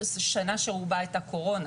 שרובה היתה קורונה.